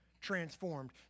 transformed